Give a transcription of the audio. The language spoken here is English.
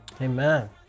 Amen